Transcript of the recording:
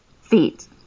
feet